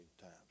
times